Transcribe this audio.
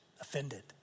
offended